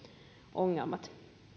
ongelmat